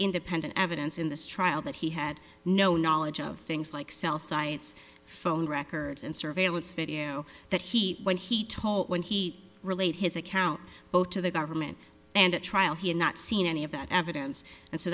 independent evidence in this trial that he had no knowledge of things like cell sites phone records and surveillance video that heat when he told when he relayed his account both to the government and at trial he had not seen any of that evidence and so